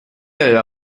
aveva